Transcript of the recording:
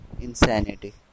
insanity